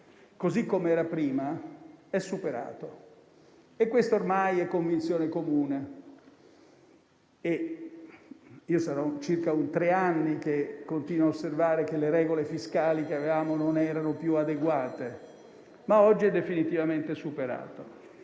così com'era prima, è superato e questa ormai è convinzione comune. Saranno circa tre anni che continuo a osservare che le regole fiscali che avevamo non erano più adeguate, ma oggi è definitivamente superato.